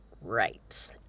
right